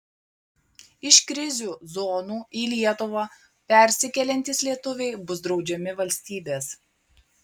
iš krizių zonų į lietuvą persikeliantys lietuviai bus draudžiami valstybės